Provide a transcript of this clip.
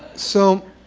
so